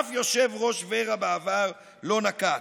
שאף יושב-ראש ור"ה בעבר לא נקט,